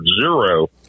zero